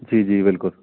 ਜੀ ਜੀ ਬਿਲਕੁਲ